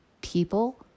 people